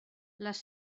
les